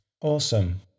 awesome